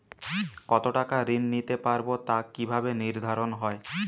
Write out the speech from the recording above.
কতো টাকা ঋণ নিতে পারবো তা কি ভাবে নির্ধারণ হয়?